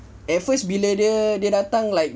at first bila dia dia datang like